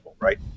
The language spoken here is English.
right